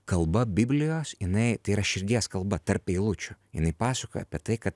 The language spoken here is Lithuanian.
kalba biblijos jinai tai yra širdies kalba tarp eilučių jinai pasakoja apie tai kad